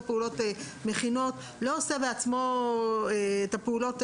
עושה פעולות מכינות ולא עושה בעצמו את הפעולות,